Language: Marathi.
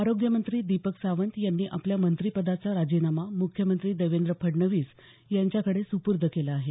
आरोग्यमंत्री दीपक सावंत यांनी आपल्या मंत्रिपदाचा राजीनामा मुख्यमंत्री देवेंद्र फडणवीस यांच्याकडे सुपूर्द केला आहे